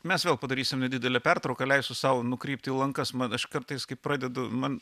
mes vėl padarysim nedidelę pertrauką leisiu sau nukrypt į lankas man aš kartais kai pradedu man